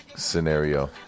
Scenario